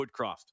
Woodcroft